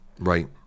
Right